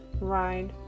ride